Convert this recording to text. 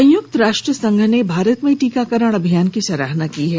संयुक्त राष्ट्र संघ ने भारत में टीकाकरण अभियान की सराहना की है